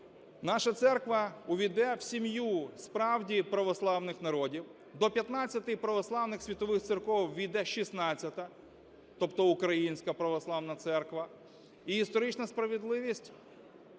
наша церква увійде в сім'ю справді православних народів, до 15 православних світових церков увійде 16-а, тобто українська Православна Церква, і історична справедливість